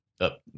up